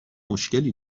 مشکلی